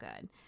good